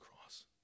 cross